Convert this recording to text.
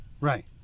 Right